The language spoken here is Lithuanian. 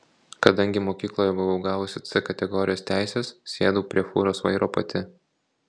kadangi mokykloje buvau gavusi c kategorijos teises sėdau prie fūros vairo pati